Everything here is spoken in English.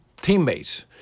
teammates –